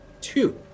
two